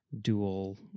dual